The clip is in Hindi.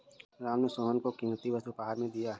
राम ने सोहन को कीमती वस्तु उपहार में दिया